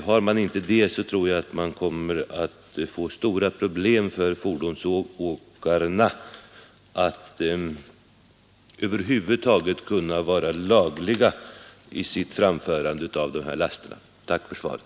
Har man inte det tror jag att fordonsägarna kommer att få stora problem att över huvud taget kunna vara laglydiga i sitt framförande av de här lasterna. Än en gång tack för svaret.